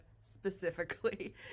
specifically